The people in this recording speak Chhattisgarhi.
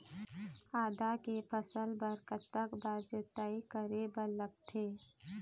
आदा के फसल बर कतक बार जोताई करे बर लगथे?